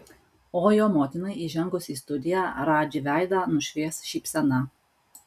o jo motinai įžengus į studiją radži veidą nušvies šypsena